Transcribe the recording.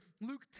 Luke